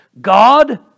God